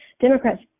Democrats